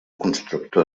constructor